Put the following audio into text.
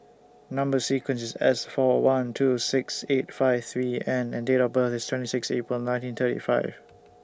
Number sequence IS S four one two six eight five three N and Date of birth IS twenty six April nineteen thirty five